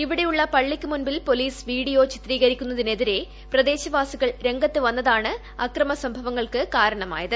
ഇവിടെയുള്ള പള്ളിക്ക് മുൻപിൽ പൊലീസ് വീഡിയോ ചിത്രീകരിക്കുന്നതിനെതിരെ പ്രദേശവാസികൾ രംഗത്ത് കൃ വ്യന്നതാണ് അക്രമ സംഭവങ്ങൾക്ക് കാരണമായത്